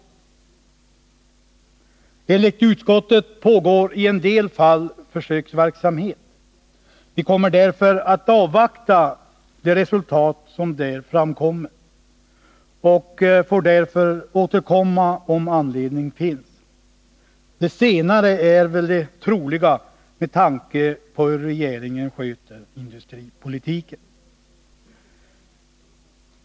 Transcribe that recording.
Enligt utskottet pågår i en del fall försöksverksamhet. Vi kommer därför att avvakta de resultat som där framkommer och får återkomma om anledning finns. Det senare är väl det troliga med tanke på hur regeringen sköter industripolitiken.